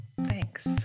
thanks